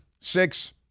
Six